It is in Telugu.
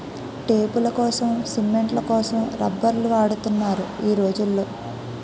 టేపులకోసం, సిమెంట్ల కోసం రబ్బర్లు వాడుతున్నారు ఈ రోజుల్లో